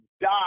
die